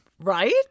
Right